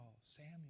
Samuel